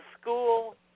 school